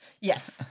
Yes